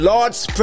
Lord's